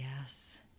yes